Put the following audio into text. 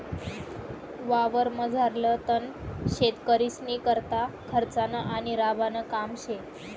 वावरमझारलं तण शेतकरीस्नीकरता खर्चनं आणि राबानं काम शे